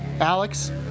Alex